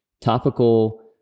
topical